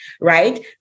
right